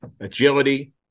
agility